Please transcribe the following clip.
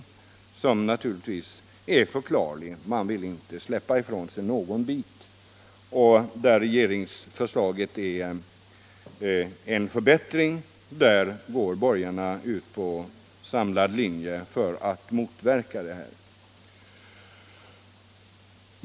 Förklaringen är naturligtvis att man inte vill släppa ifrån sig någon bit. Där regeringsförslaget är en förbättring går borgarna ut på samlad linje för att motverka detta.